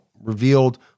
revealed